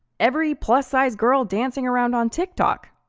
every plus-size girl dancing around on tiktok,